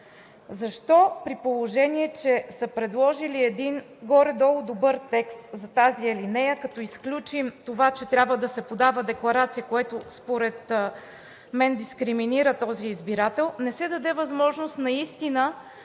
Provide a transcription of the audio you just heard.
защо, при положение че са предложили един горе-долу добър текст за тази алинея, като изключим това, че трябва да се подава декларация, което според мен дискриминира този избирател, не се даде възможност наистина,